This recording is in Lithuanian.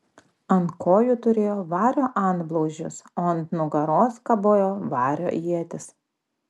ant kojų turėjo vario antblauzdžius o ant nugaros kabojo vario ietis